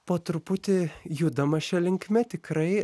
po truputį judama šia linkme tikrai